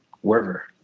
wherever